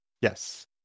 Yes